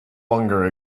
longer